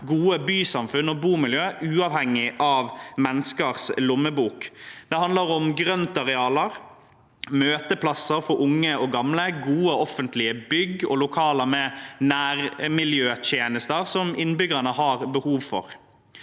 gode bysamfunn og bomiljø uavhengig av menneskers lommebok. Det handler om grøntarealer, møteplasser for unge og gamle, gode offentlige bygg og lokaler med nærmiljøtjenester som innbyggerne har behov for.